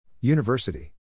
University